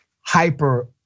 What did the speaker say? Hyper